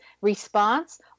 response